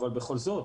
אבל בכל זאת,